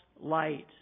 light